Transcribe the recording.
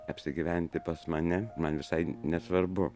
apsigyventi pas mane man visai nesvarbu